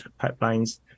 pipelines